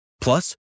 Plus